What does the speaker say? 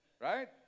right